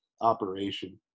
operation